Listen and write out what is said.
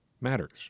matters